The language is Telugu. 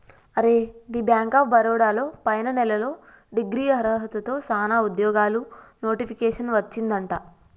అరే ది బ్యాంక్ ఆఫ్ బరోడా లో పైన నెలలో డిగ్రీ అర్హతతో సానా ఉద్యోగాలు నోటిఫికేషన్ వచ్చిందట